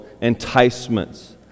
enticements